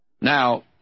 Now